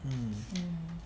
mm